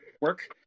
work